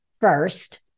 first